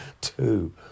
two